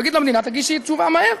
הוא יגיד למדינה: תגישי תשובה מהר,